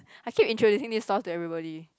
I keep introducing this sauce to everybody